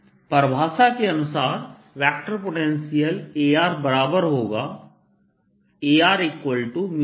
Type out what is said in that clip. I Ksin θRdθ परिभाषा के अनुसार वेक्टर पोटेंशियल A बराबर होगा Ar04πjr